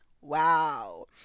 Wow